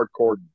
hardcore